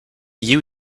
you